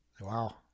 wow